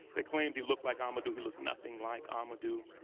they claimed he looked like amadou, he looked nothing like amadou.